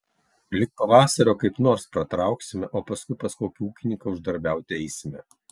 lig pavasario kaip nors pratrauksime o paskui pas kokį ūkininką uždarbiauti eisime